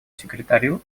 секретарю